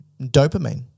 dopamine